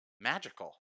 magical